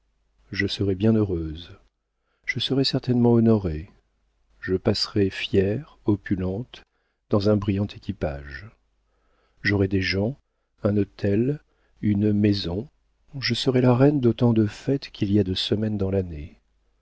je serai bien heureuse je serai certainement honorée je passerai fière opulente dans un brillant équipage j'aurai des gens un hôtel une maison je serai la reine d'autant de fêtes qu'il y a de semaines dans l'année